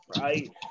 right